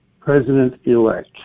president-elect